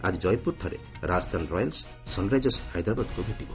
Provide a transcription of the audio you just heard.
ଆଜି ଜୟପୁରଠାରେ Rajasthan Royals Sunrisers ହାଇଦ୍ରାବାଦକୁ ଭେଟିବ